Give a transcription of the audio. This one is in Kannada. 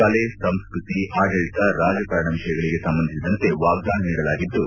ಕಲೆ ಸಂಸ್ಟತಿ ಆಡಳಿತ ರಾಜಕಾರಣ ವಿಷಯಗಳಿಗೆ ಸಂಬಂಧಿಸಿದಂತೆ ವಾಗ್ದಾನ ನೀಡಲಾಗಿದ್ದು